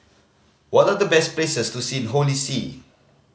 what are the best places to see in Holy See